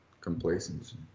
Complacency